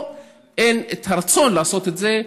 או אין את הרצון לעשות את זה,